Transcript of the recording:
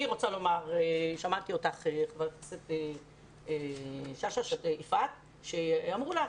שמעתי אותך חברת הכנסת שאשא ביטון שאמרו לך